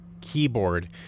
keyboard